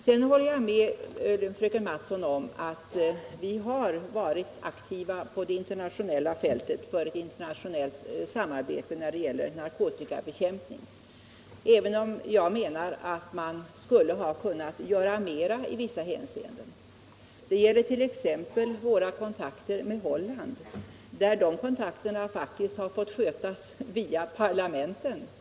Jag håller med fröken Mattson om att vi har varit aktiva på det internatiolla fältet när det gällt samarbete för narkotikabekämpning, även om jag menar att man skulle ha kunnat göra mera i vissa hänseenden. Det gäller t.ex. våra kontakter med Holland. De kontakterna har faktiskt fått skötas via parlamenten.